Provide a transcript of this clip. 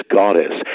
goddess